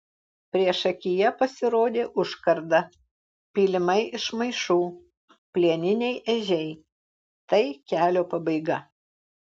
priešakyje pasirodė užkarda pylimai iš maišų plieniniai ežiai tai kelio pabaiga